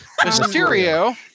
Mysterio